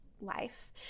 life